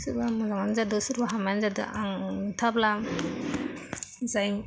सोरबा मोजांआनो जादों सोरबा हामायानो जादों आंनिब्ला जाय